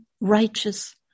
righteous